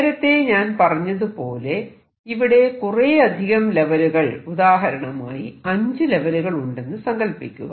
നേരത്തെ ഞാൻ പറഞ്ഞതുപോലെ ഇവിടെ കുറെയധികം ലെവലുകൾ ഉദാഹരണമായി 5 ലെവലുകൾ ഉണ്ടെന്നു സങ്കൽപ്പിക്കുക